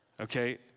Okay